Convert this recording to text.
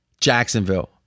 Jacksonville